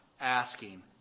asking